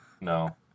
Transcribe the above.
No